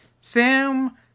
Sam